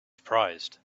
surprised